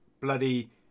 bloody